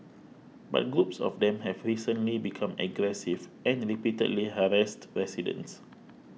but groups of them have recently become aggressive and repeatedly harassed residents